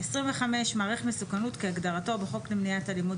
"(25) מעריך מסוכנות כהגדרתו בחוק למניעת אלימות